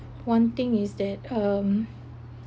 one thing is that um